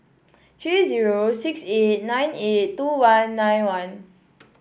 three zero six eight nine eight two one nine one